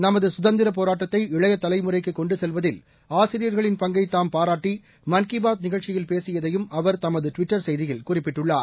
நமது குதந்திரப் போராட்டத்தை இளைய தலைமுறைக்கு கொண்டு கெல்வதில் ஆசிரியர்களின் பங்கை தாம் பாராட்டி மன் கி பாத் நிகழ்ச்சியில் பேசியதையும் அவர் தனது ட்விட்டர் செய்தியில் குறிப்பிட்டுள்ளார்